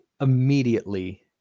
immediately